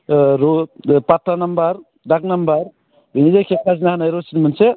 रु फाट्टा नाम्बार दाग नाम्बार बेनि जायखिया खाजोना होनाय रसिद मोनसे